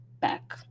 back